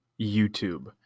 youtube